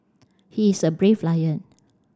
he is a brave lion